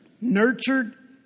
Nurtured